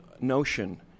notion